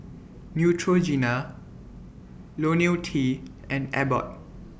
Neutrogena Ionil T and Abbott